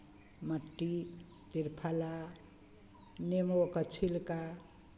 मट्टी त्रिफला नेमोके छिलका